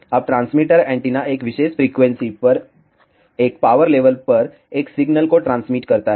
अब transmitter antenna एक विशेष फ्रीक्वेंसी पर एक पावर लेवल पर एक सिग्नल को ट्रांसमिट करता है